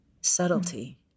Subtlety